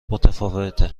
متفاوته